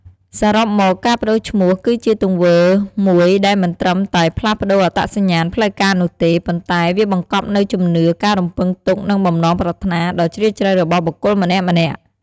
សរុបមក ការប្ដូរឈ្មោះគឺជាទង្វើមួយដែលមិនត្រឹមតែផ្លាស់ប្ដូរអត្តសញ្ញាណផ្លូវការនោះទេ ប៉ុន្តែវាបង្កប់នូវជំនឿ ការរំពឹងទុក និងបំណងប្រាថ្នាដ៏ជ្រាលជ្រៅរបស់បុគ្គលម្នាក់ៗ។